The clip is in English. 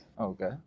Okay